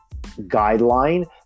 guideline